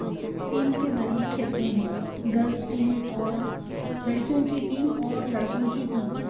team کے ذریعے کھیلتے ہیں گلس ٹیم اور لڑکیوں کی ٹیم اور لڑکوں کی ٹیم